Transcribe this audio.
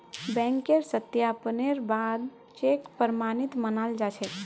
बैंकेर सत्यापनेर बा द चेक प्रमाणित मानाल जा छेक